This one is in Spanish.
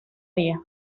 día